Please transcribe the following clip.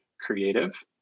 creative